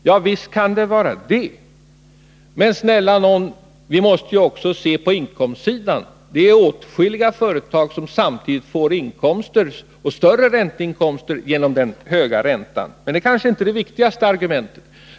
Ja, visst kan det vara så, men snälla nån, vi måste ju också beakta inkomstsidan. Åtskilliga företag får samtidigt större ränteinkomster genom den höga räntan. Men det kanske inte är det viktigaste argumentet.